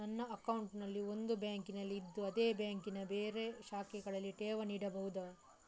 ನನ್ನ ಅಕೌಂಟ್ ಒಂದು ಬ್ಯಾಂಕಿನಲ್ಲಿ ಇದ್ದು ಅದೇ ಬ್ಯಾಂಕಿನ ಬೇರೆ ಶಾಖೆಗಳಲ್ಲಿ ಠೇವಣಿ ಇಡಬಹುದಾ?